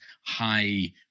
high